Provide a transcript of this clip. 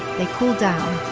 they cool down,